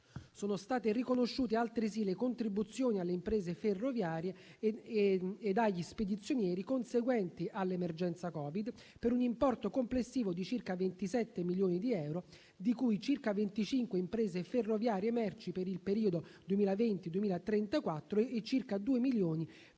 Sono state riconosciute altresì le contribuzioni alle imprese ferroviarie e agli spedizionieri conseguenti all'emergenza Covid, per un importo complessivo di circa 27 milioni di euro, di cui circa 25 imprese ferroviarie merci per il periodo 2020-2034 e circa 2 milioni per